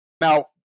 Now